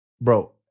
Bro